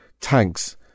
tanks